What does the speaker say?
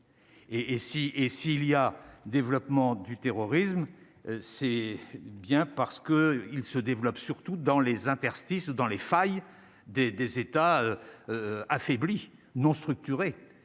et si il y a développement du terrorisme, c'est bien parce que il se développe surtout dans les interstices dans les failles des, des États affaibli non structurées